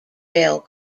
rail